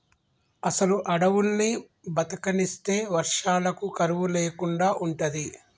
అసలు అడువుల్ని బతకనిస్తే వర్షాలకు కరువు లేకుండా ఉంటది